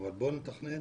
אבל בואו נתכנן